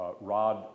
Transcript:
Rod